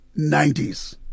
90s